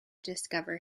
discover